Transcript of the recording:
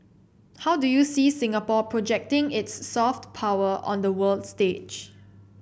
how do you see Singapore projecting its soft power on the world stage